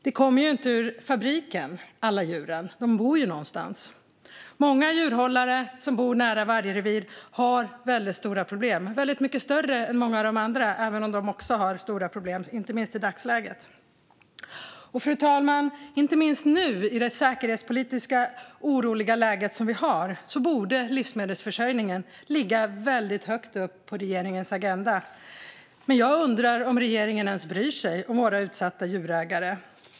Djuren kommer ju inte ur fabriken, utan de bor någonstans. Många djurhållare som bor nära vargrevir har väldigt stora problem - mycket större än många av de andra även om de också har stora problem, inte minst i dagsläget. Fru talman! Inte minst nu, i det säkerhetspolitiskt oroliga läge vi har, borde livsmedelsförsörjningen ligga väldigt högt upp på regeringens agenda. Men jag undrar om regeringen ens bryr sig om våra utsatta djurägare.